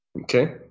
Okay